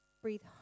Breathe